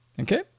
Okay